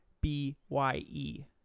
B-Y-E